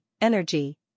energy